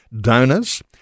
donors –